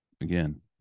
again